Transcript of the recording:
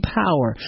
power